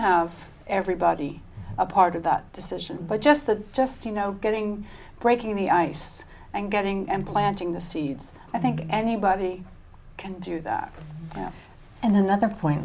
everybody a part of that decision but just that just you know getting breaking the ice and getting them planting the seeds i think anybody can do that and another point